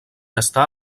està